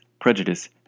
prejudice